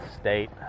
state